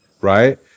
right